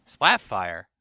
Splatfire